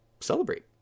celebrate